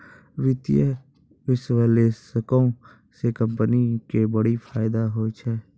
वित्तीय विश्लेषको से कंपनी के बड़ी फायदा होय छै